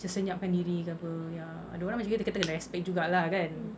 macam senyapkan diri ke apa ya ada orang macam gitu kita kena respect juga lah kan